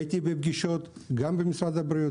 הייתי בפגישות גם במשרד הבריאות